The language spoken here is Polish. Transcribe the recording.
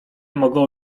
mogą